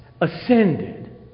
ascended